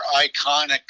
iconic